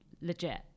legit